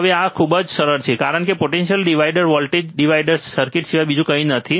હવે આ ખૂબ જ સરળ છે કારણ કે આ potential divider voltage divider circuit સિવાય બીજું કંઈ નથી